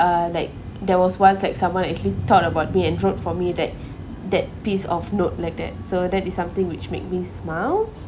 uh like there was once like someone actually thought about me and wrote for me that that piece of note like that so that is something which make me smile